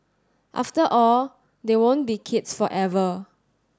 after all they won't be kids forever